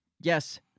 Yes